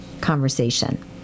conversation